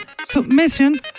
Submission